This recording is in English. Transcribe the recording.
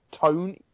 tone